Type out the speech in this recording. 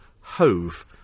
Hove